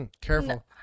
Careful